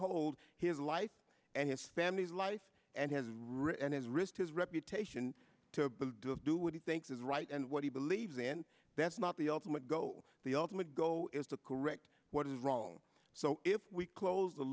hold his life and his family's life and has written his risk his reputation to do what he thinks is right and what he believes in that's not the ultimate goal the ultimate goal is to correct what is wrong so if we close the